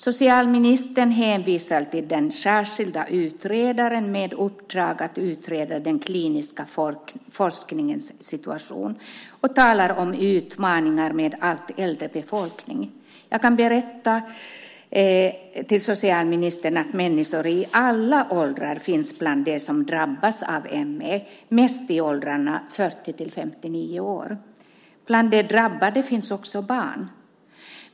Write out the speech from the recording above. Socialministern hänvisar till den särskilda utredaren med uppdrag att utreda den kliniska forskningens situation och talar om utmaningar med allt äldre befolkning. Jag kan berätta för socialministern att människor i alla åldrar finns bland dem som drabbas av ME, främst i åldrarna 40-59 år. Bland de drabbade finns också barn.